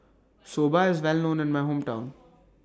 Soba IS Well known in My Hometown